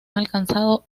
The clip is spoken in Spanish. alcanzado